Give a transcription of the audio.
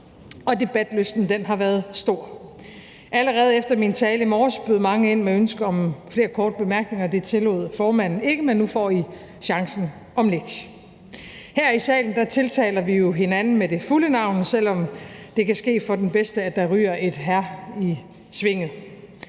og debatlysten har været stor. Allerede efter min tale i morges bød mange ind med ønsker om flere korte bemærkninger, og det tillod formanden ikke, men nu får I chancen om lidt. Her i salen tiltaler vi jo hinanden med det fulde navn, selv om det kan ske for den bedste, at der ryger et »hr.« i svinget.